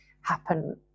happen